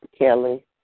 Kelly